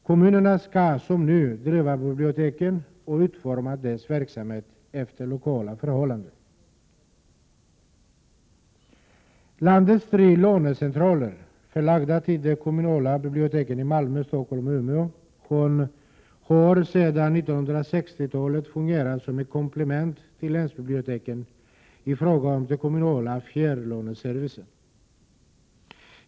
Kommunerna skall, som nu, driva folkbiblioteken och utforma deras verksamhet efter lokala förhållanden. Landets tre lånecentraler — förlagda till de kommunala biblioteken i Malmö, Stockholm och Umeå — har sedan 1960-talet fungerat som ett komplement till länsbiblioteken i fråga om den kommunala fjärrlåneservicen.